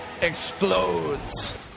explodes